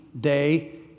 day